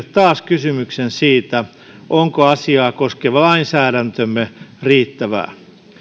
taas esille kysymyksen siitä onko asiaa koskeva lainsäädäntömme riittävää